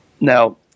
Now